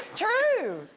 true.